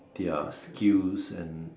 their skills and